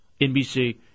NBC